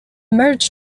merged